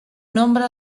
nombre